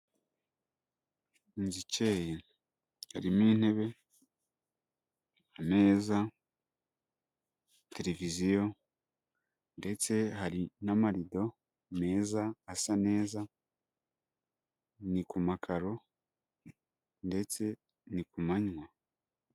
Inzu ikeyi, harimo intebe, ameza, televiziyo ndetse hari n'amarido meza asa neza, ni ku makaro ndetse ni ku manywa.